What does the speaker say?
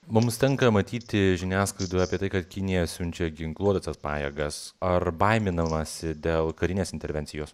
mums tenka matyti žiniasklaidoje apie tai kad kinija siunčia ginkluotas pajėgas ar baiminamasi dėl karinės intervencijos